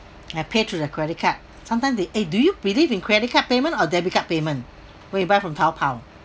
I pay through the credit card sometimes they eh do you believe in credit card payment or debit card payment when you buy from Taobao